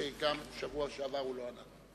שגם בשבוע שעבר הוא לא היה.